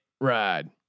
ride